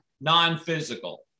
non-physical